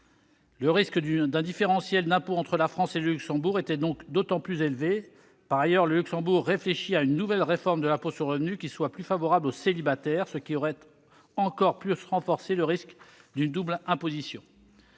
Le risque d'un différentiel d'impôt entre la France et le Luxembourg était donc d'autant plus élevé. Par ailleurs, le Luxembourg réfléchit à une nouvelle réforme de l'impôt sur le revenu qui soit plus favorable aux célibataires, ce qui aurait encore plus renforcé le risque d'une double imposition.